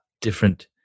different